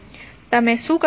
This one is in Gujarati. તમે શું કરશો